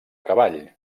cavall